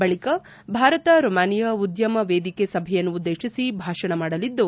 ಬಳಿಕ ಭಾರತ ರೊಮಾನಿಯಾ ಉದ್ದಮ ವೇದಿಕೆ ಸಭೆಯನ್ನುದ್ದೇಶಿಸಿ ಭಾಷಣ ಮಾಡಲಿದ್ದು